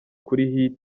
kuri